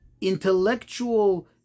intellectual